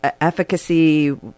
Efficacy